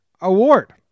Award